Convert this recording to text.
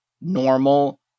normal